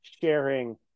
sharing